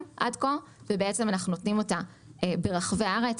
עד כה ובעצם אנחנו נותנים אותה ברחבי הארץ.